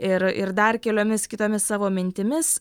ir ir dar keliomis kitomis savo mintimis